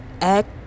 act